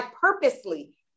purposely